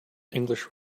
english